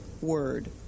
word